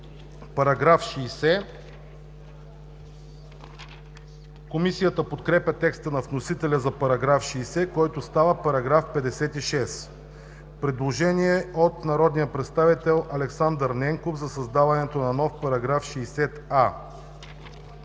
заличават“. Комисията подкрепя текста на вносителя за § 60, който става § 56. Предложение от народния представител Александър Ненков за създаването на нов § 60а.